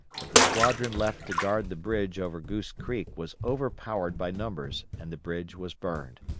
but the squadron left to guard the bridge over goose creek was overpowered by numbers and the bridge was burned.